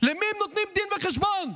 למי הם נותנים דין וחשבון?